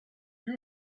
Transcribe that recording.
you